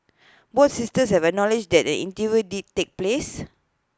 both sisters have acknowledged that interview did take place